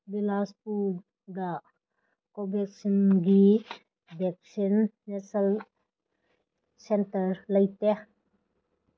ꯕꯤꯂꯥꯁꯄꯨꯔꯗ ꯀꯣꯚꯦꯛꯁꯤꯟꯒꯤ ꯚꯦꯛꯁꯤꯟꯅꯦꯁꯜ ꯁꯦꯟꯇꯔ ꯂꯩꯇꯦ